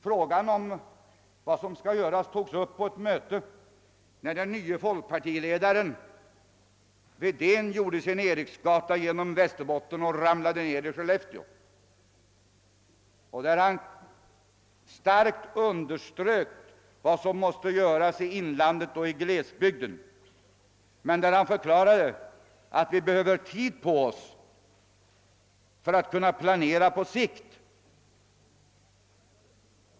Frågan om vad som skall göras togs upp på ett möte, när den nye folkpartiledaren Wedén gjorde sin eriksgata genom Västerbotten och ramlade ned i Skellefteå, där han starkt underströk vad som måste göras i inland och glesbygd och förklarade att »vi behöver tid på oss för att kunna planera på sikt».